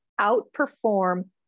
outperform